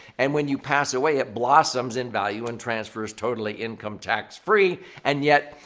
and when you pass away, it blossoms in value and transfers totally income tax-free. and yet,